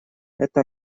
это